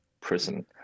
prison